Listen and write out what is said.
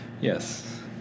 Yes